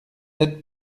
sept